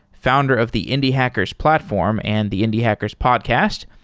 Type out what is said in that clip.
founder of the indie hackers platform and the indie hackers podcast.